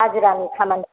हाजिरानि खामानि